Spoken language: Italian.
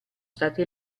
stati